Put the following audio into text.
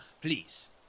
please